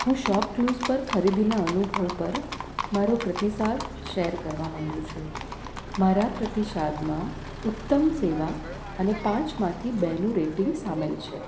હું શોપક્લૂઝ પર ખરીદીના અનુભવ પર મારો પ્રતિસાદ શેર કરવા માંગુ છું મારા પ્રતિસાદમાં ઉત્તમ સેવા અને પાંચ માંથી બેનું રેટિંગ સામેલ છે